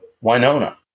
Winona